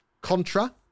Contra